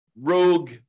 rogue